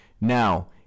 now